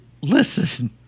Listen